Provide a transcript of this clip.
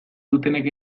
dutenek